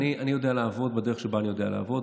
אני יודע לעבוד בדרך שבה אני יודע לעבוד.